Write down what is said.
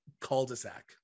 cul-de-sac